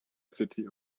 city